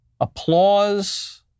applause